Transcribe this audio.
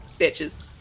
Bitches